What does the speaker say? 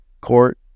court